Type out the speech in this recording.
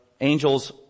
angels